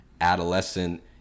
adolescent